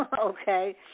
Okay